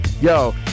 Yo